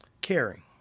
caring